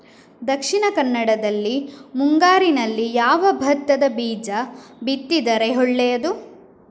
ದಕ್ಷಿಣ ಕನ್ನಡದಲ್ಲಿ ಮುಂಗಾರಿನಲ್ಲಿ ಯಾವ ಭತ್ತದ ಬೀಜ ಬಿತ್ತಿದರೆ ಒಳ್ಳೆಯದು?